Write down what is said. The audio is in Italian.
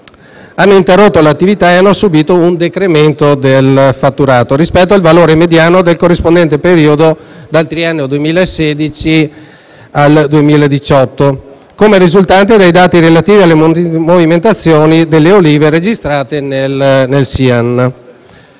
hanno interrotto l'attività e hanno subìto un decremento del fatturato rispetto al valore mediano del corrispondente periodo del triennio 2016-2018, come risultante dai dati relativi alle movimentazioni di olive registrati nel SIAN.